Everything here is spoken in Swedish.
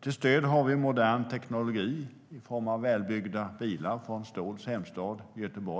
Till stöd har vi modern teknologi, till exempel i form av välbyggda bilar från Ståhls hemstad Göteborg.